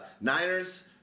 Niners